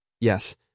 Yes